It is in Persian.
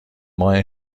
ماه